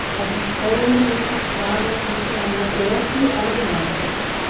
by controlling the use of strong encryption or through other mandates,